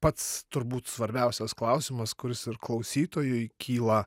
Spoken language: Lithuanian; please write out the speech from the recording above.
pats turbūt svarbiausias klausimas kuris ir klausytojui kyla